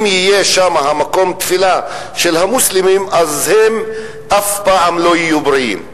אם יהיה שם מקום תפילה של המוסלמים אז הם אף פעם לא יהיו בריאים.